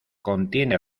contiene